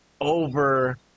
over